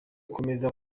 akomeza